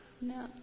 No